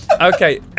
Okay